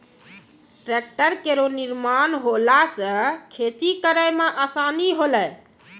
tractor केरो निर्माण होला सँ खेती करै मे आसानी होलै